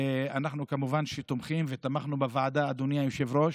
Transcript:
אנחנו תומכים ותמכנו בוועדה, אדוני היושב-ראש,